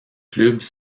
clubs